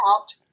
out